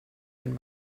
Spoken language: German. den